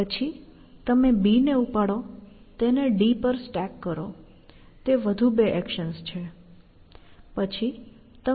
પછી તમે B ને ઉપાડો તેને D પર સ્ટેક કરો તે બે વધુ એક્શન્સ છે